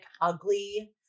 ugly